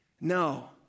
No